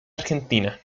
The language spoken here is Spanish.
argentina